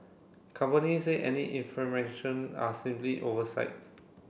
companies say any information are simply oversight